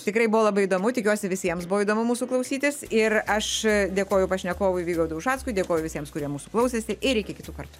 tikrai buvo labai įdomu tikiuosi visiems buvo įdomu mūsų klausytis ir aš dėkoju pašnekovui vygaudui ušackui dėkoju visiems kurie mūsų klausėsi ir iki kitų kartų